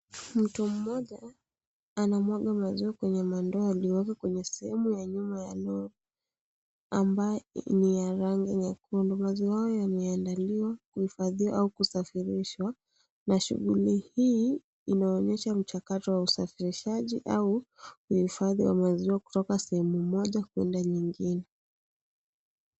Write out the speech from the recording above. Mtu mmoja anamwaga maziwa kwenye mandoo aliyoweka kwenye sehemu ya nyuma ya lori ambayo ni ya rangi nyekundu. Maziwa hayo yanaandaliwa, kuhifadhiwa au kusafirishwa na shughuli hii inaonyesha mchakato wa usafirishaji au uhifadhi wa maziwa kutoka sehemu moja kwenda nyingine.